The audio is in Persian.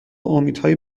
امیدهای